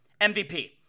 MVP